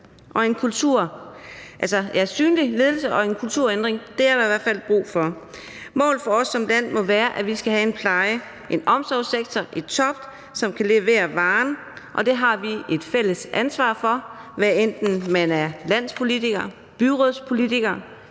det kunnet komme dertil? Synlig ledelse og en kulturændring er der i hvert fald brug for. Målet for os som land må være, at vi skal have en pleje og en omsorgssektor i top, som kan levere varen, og det har vi et fælles ansvar for, hvad enten man er landspolitiker, byrådspolitiker,